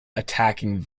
attacking